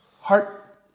heart